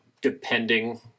depending